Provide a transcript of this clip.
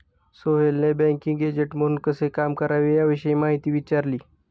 सोहेलने banking agent म्हणून कसे काम करावे याविषयी माहिती विचारली